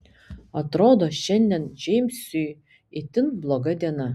atrodo šiandien džeimsui itin bloga diena